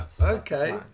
Okay